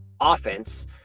offense